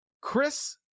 Chris